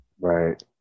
Right